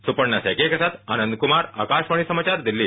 सुपर्ना सेकिया के साथ आनंद कुमार आकाशवानी समाचार दिल्ली